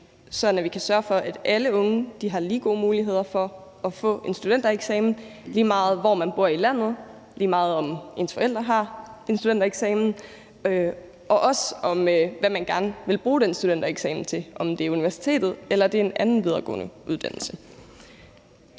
at vi kan sørge for, at alle unge har lige gode muligheder for at få en studentereksamen, lige meget hvor man bor i landet, lige meget om ens forældre har en studentereksamen, og også lige meget hvad man gerne vil bruge den studentereksamen til – om det er til universitetet eller en anden videregående uddannelse.